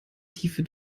tiefe